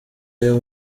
ayo